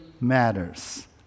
Matters